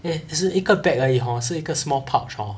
eh 是一个 bag 而已 hor 是一个 small pouch hor